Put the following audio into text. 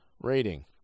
rating